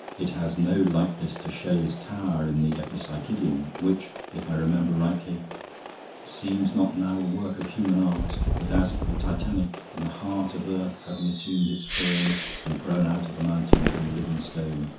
it has no likeness to shelley's tower, in the epipsychidion, which, if i remember rightly seems not now a work of human art, but as it were titanic, in the heart of earth having assumed its form and grown out of the mountain, from the living stone,